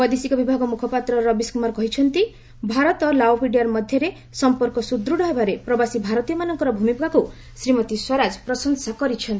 ବୈଦେଶିକ ବିଭାଗ ମୁଖପାତ୍ର ରବୀଶ୍ କ୍ରମାର କହିଛନ୍ତି ଭାରତ ଲାଓ ପିଡିଆର୍ ମଧ୍ୟରେ ସମ୍ପର୍କ ସୁଦୃଢ଼ ହେବାରେ ପ୍ରବାସୀ ଭାରତୀୟମାନଙ୍କ ଭୂମିକାକୁ ଶ୍ରୀମତୀ ସ୍ୱରାଜ ପ୍ରଶଂସା କରିଛନ୍ତି